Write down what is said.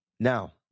Now